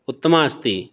उत्तमा अस्ति